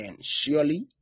surely